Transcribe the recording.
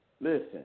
Listen